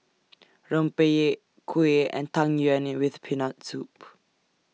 Rempeyek Kuih and Tang Yuen New with Peanut Soup